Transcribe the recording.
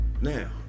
Now